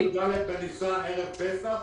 לפתוח ערב פסח